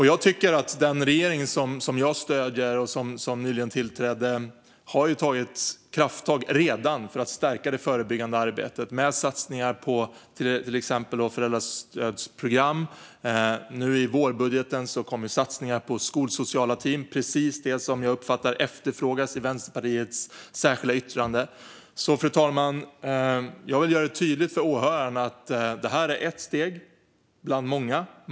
Jag tycker att den regering som jag stöder och som nyligen tillträdde har tagit krafttag redan för att stärka det förebyggande arbetet med satsningar på till exempel föräldrastödsprogram. Nu i vårbudgeten kom satsningar på skolsociala team - precis det som jag uppfattar efterfrågas i Vänsterpartiets särskilda yttrande. Fru talman! Jag vill göra det tydligt för åhörarna att detta är ett steg bland många.